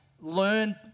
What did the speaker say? learn